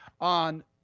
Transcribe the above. on